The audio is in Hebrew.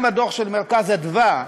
גם הדוח של "מרכז אדוה",